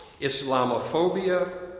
Islamophobia